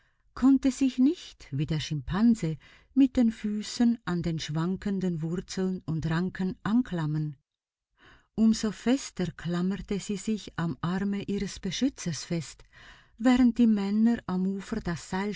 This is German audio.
konnte sich nicht wie der schimpanse mit den füßen an den schwankenden wurzeln und ranken anklammern um so fester klammerte sie sich am arme ihres beschützers fest während die männer am ufer das